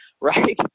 Right